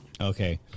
Okay